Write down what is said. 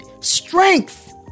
strength